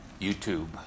YouTube